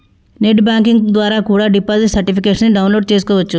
net banking ద్వారా కూడా deposit certificates ని డౌన్ లోడ్ చేస్కోవచ్చు